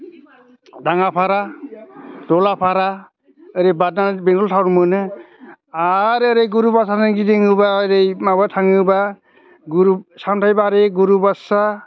दाङाफारा दला फारा ओरै बारनानै बेंथल टाउन मोनो आरो ओरै गुरुबासाजों गिदिङोब्ला ओरै माबा थाङोब्ला सामथाइबारि गुरुबासा